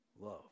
love